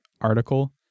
article